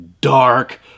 dark